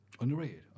Underrated